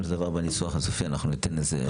של דבר בניסוח הסופי אנחנו ניתן לזה התייחסות.